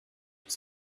his